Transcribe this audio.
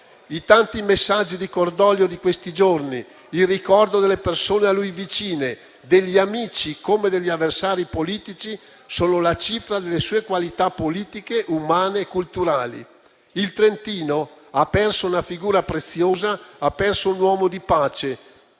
I tanti messaggi di cordoglio di questi giorni e il ricordo delle persone a lui vicine, degli amici come degli avversari politici, sono la cifra delle sue qualità politiche, umane e culturali. Il Trentino ha perso una figura preziosa, ha perso un uomo di pace